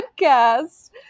podcast